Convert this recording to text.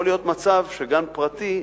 יכול להיות מצב שגן פרטי,